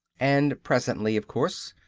and presently, of course,